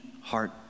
heart